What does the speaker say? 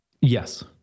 Yes